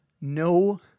no